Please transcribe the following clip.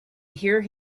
hear